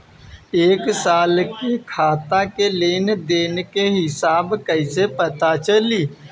एक साल के खाता के लेन देन के हिसाब कइसे पता चली?